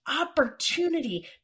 opportunity